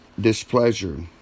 displeasure